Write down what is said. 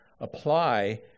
apply